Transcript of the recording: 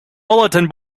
bulletin